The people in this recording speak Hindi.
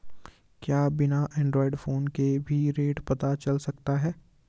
क्या बिना एंड्रॉयड फ़ोन के भी रेट पता चल सकता है?